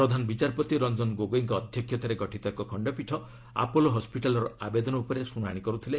ପ୍ରଧାନ ବିଚାରପତି ରଞ୍ଜନ ଗୋଗୋଇଙ୍କ ଅଧ୍ୟକ୍ଷତାରେ ଗଠିତ ଏକ ଖଣ୍ଡପୀଠ ଆପୋଲୋ ହସ୍କିଟାଲ୍ର ଆବେଦନ ଉପରେ ଶୁଣାଣି କରୁଥିଲେ